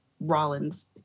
Rollins